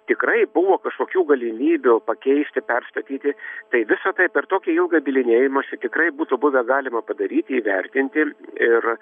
tikrai buvo kažkokių galimybių pakeisti perstatyti tai visa tai per tokį ilgą bylinėjimąsi tikrai būtų buvę galima padaryti įvertinti ir